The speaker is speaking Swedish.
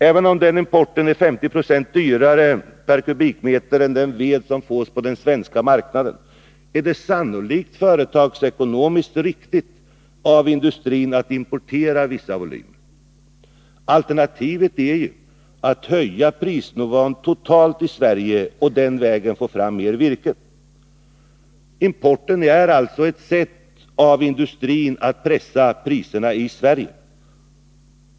Även om den importen är 50 96 dyrare per kubikmeter än den ved som fås på den svenska marknaden, är det sannolikt företagsekonomiskt riktigt av industrin att importera vissa volymer. Alternativet är ju att höja prisnivån totalt i Sverige och den vägen få fram mer virke. Importen är alltså ett sätt av industrin att pressa priserna i Sverige.